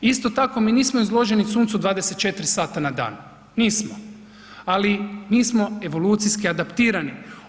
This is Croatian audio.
Isto tako mi nismo izloženi suncu 24 sata na dan, ali mi smo evolucijski adaptirani.